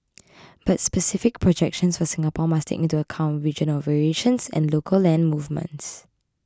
but specific projections for Singapore must take into account regional variations and local land movements